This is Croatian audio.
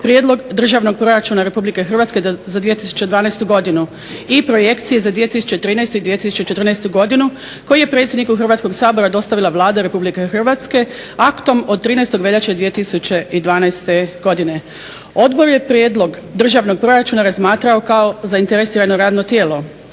Prijedlog državnog proračuna Republike Hrvatske za 2012. godinu koji je predsjedniku Hrvatskog sabora dostavila Vlada Republike Hrvatske aktom od 13. veljače od 2012. godine. Odbor je prijedlog državnog proračuna razmatrao kao zainteresirano radno tijelo.